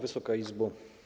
Wysoka Izbo!